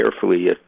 carefully